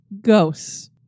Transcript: Ghosts